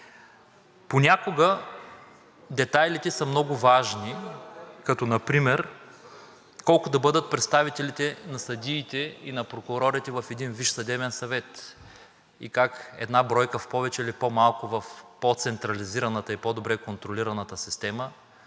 Понякога детайлите са много важни, като например колко да бъдат представителите на съдиите и на прокурорите в един Висш съдебен съвет и как една бройка в повече или по-малко в по централизираната и по-добре контролираната система